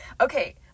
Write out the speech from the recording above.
Okay